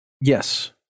yes